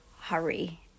Hurry